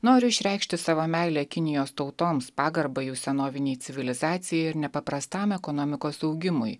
noriu išreikšti savo meilę kinijos tautoms pagarbą jų senovinei civilizacijai ir nepaprastam ekonomikos augimui